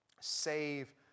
Save